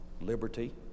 liberty